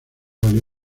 valió